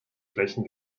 flächen